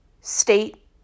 state